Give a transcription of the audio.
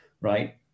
right